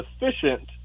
efficient